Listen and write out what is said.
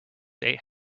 eight